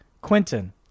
Quentin